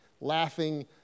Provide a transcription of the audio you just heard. laughing